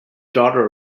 daughter